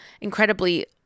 incredibly